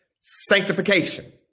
Sanctification